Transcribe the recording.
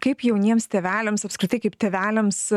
kaip jauniems tėveliams apskritai kaip tėveliams